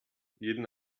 jeden